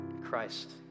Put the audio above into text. Christ